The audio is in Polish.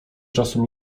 czasu